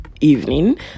evening